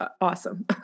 awesome